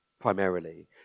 primarily